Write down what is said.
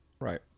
Right